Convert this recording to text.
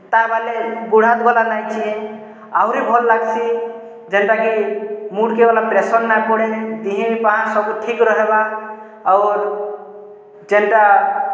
ତା ବାଦେ ଗୁଡ଼୍ ହାତ୍ ଗଲା ନାଇଁ ଚିଏଁ ଆହୁରି ଭଲ୍ ଲାଗ୍ସି ଯେନ୍ଟାକି ମୁଡ଼୍କେ ଗଲା ପ୍ରେସର୍ ନାଇଁ ପଡ଼େ ଦିହିପାହା ସବୁ ଠିକ୍ ରହେବା ଅର୍ ଯେନ୍ଟା